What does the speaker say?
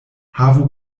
havu